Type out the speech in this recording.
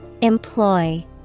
Employ